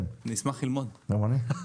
"בעל עניין"